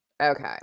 Okay